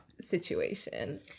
situation